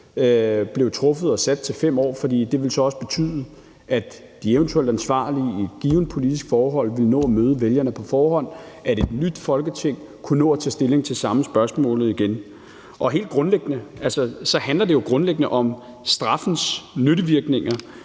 forældelsesregler, sat til 5 år, for det ville så også betyde, at de eventuelle ansvarlige i et givent politisk forhold ville nå at møde vælgerne på forhånd, og at et nyt Folketing ville kunne nå at tage stilling til samme spørgsmål igen. Helt grundlæggende handler det jo om straffens nyttevirkninger,